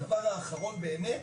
הדבר האחרון באמת,